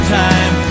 time